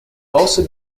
also